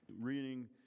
reading